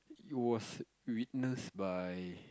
it was witnessed by